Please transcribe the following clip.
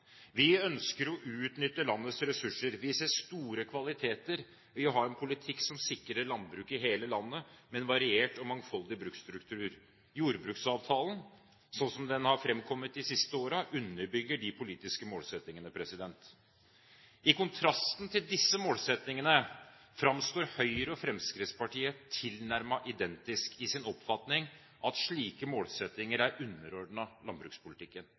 Vi ønsker å utnytte landets ressurser. Vi ser store kvaliteter i å ha en politikk som sikrer landbruk i hele landet, med en variert og mangfoldig bruksstruktur. Jordbruksavtalen, slik den har framkommet de siste årene, underbygger de politiske målsettingene. I kontrast til disse målsettingene framstår Høyre og Fremskrittspartiet tilnærmet identiske i sin oppfatning av at slike målsettinger er underordnet i landbrukspolitikken.